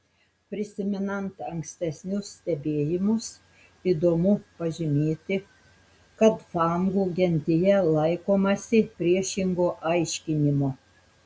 prisimenant ankstesnius stebėjimus įdomu pažymėti kad fangų gentyje laikomasi priešingo aiškinimo